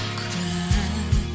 cry